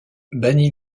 banni